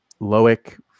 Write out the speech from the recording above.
Loic